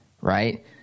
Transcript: right